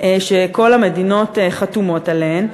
שכל המדינות חתומות עליהן,